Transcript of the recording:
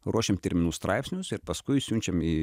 ruošiam terminų straipsnius ir paskui siunčiam į